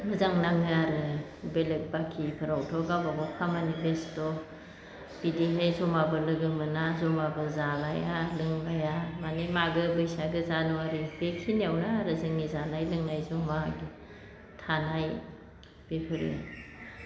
मोजां नाङो आरो बेलेग बाखिफोराव गावबा गाव खामानि बेस्थ' बिदिनो जमाबो लोगो मोना जमाबो जालाया लोंलाया माने मागो बैसागो जानुवारि बेखिनियावनो आरो जोंनि जानाय लोंनाय जमा थानाय बेफोरो